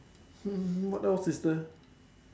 hmm what else is there